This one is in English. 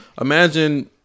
imagine